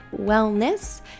wellness